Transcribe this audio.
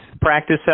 practice